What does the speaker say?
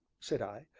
said i.